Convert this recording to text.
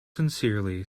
sincerely